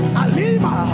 alima